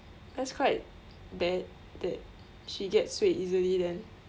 that's quite bad that she gets swayed easily then